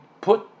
put